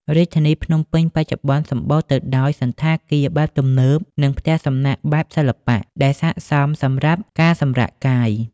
រាជធានីភ្នំពេញបច្ចុប្បន្នសម្បូរទៅដោយសណ្ឋាគារបែបទំនើប និងផ្ទះសំណាក់បែបសិល្បៈដែលស័ក្តិសមសម្រាប់ការសម្រាកកាយ។